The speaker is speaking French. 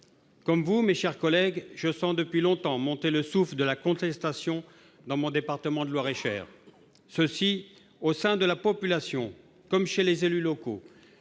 Comme vous, mes chers collègues, je sens depuis longtemps monter le souffle de la contestation dans mon département de Loir-et-Cher, et ce aussi bien au sein de la population que chez les élus locaux.